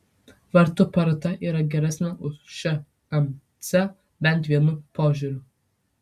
vartų paroda yra geresnė už šmc bent vienu požiūriu